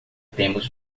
temos